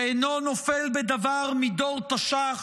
שאינו נופל בדבר מדור תש"ח,